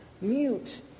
mute